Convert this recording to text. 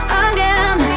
again